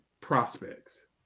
Prospects